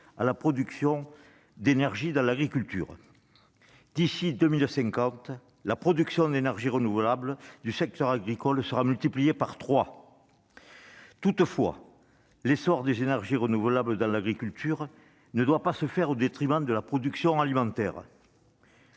à la production d'énergie dans l'agriculture. D'ici à 2050, la production d'énergies renouvelables du secteur agricole sera multipliée par trois. Toutefois, l'essor des énergies renouvelables dans l'agriculture ne doit pas se faire au détriment de la production alimentaire.